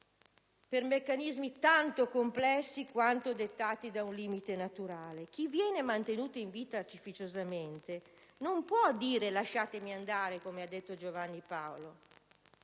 per meccanismi tanto complessi quanto dettati da un limite naturale. Chi viene mantenuto in vita artificiosamente non può dire: «Lasciatemi andare», come ha detto Giovanni Paolo